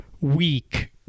week